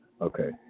Okay